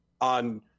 on –